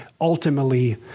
ultimately